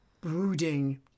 brooding